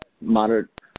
moderate